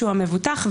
שהוא המבוטח.